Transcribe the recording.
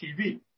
TV